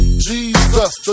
Jesus